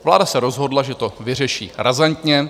Vláda se rozhodla, že to vyřeší razantně.